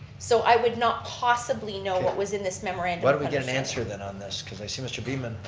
so i would not possibly know what was in this memorandum. why don't we get an answer then on this cause i see mr. beaman.